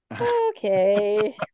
Okay